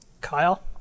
Kyle